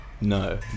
No